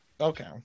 Okay